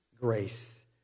grace